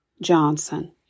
Johnson